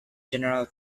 general